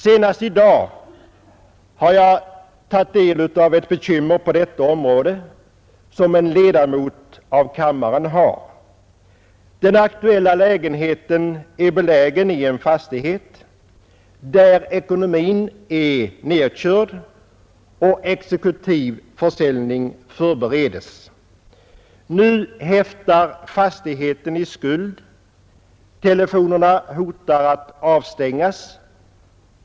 Senast i dag har jag tagit del av ett bekymmer på detta område som en ledamot av kammaren har. Den aktuella lägenheten är belägen i en fastighet där ekonomin är nerkörd och exekutiv försäljning förbereds. Nu häftar fastigheten i skuld. Telefonerna kan avstängas.